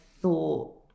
thought